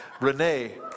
Renee